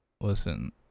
Listen